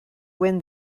win